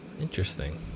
Interesting